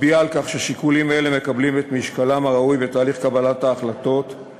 מצביעים על כך ששיקולים אלה מקבלים את משקלם הראוי בתהליך קבלת ההחלטות,